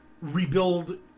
rebuild